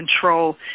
control